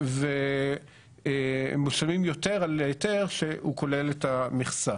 הם משלמים יותר על היתר שהוא כולל את המכסה.